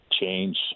change